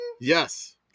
yes